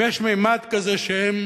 אם יש ממד כזה שהם